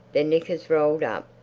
their knickers rolled up,